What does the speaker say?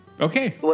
Okay